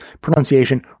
pronunciation